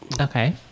Okay